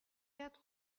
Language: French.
quatre